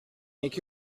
make